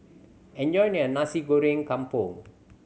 enjoy your Nasi Goreng Kampung